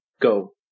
go